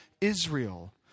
Israel